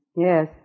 Yes